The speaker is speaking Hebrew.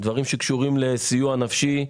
דברים קשורים לסיוע נפשי,